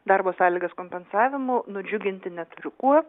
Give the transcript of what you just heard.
darbo sąlygas kompensavimu nudžiuginti neturiu kuo